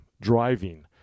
driving